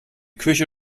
küche